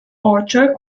archer